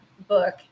book